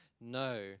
No